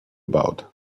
about